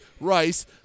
Rice